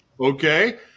Okay